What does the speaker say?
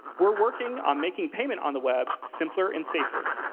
we're working on making payment on the web simpler and safer.